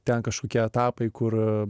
ten kažkokie etapai kur